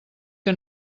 que